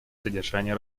содержания